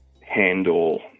handle